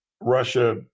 Russia